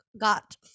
got